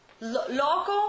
loco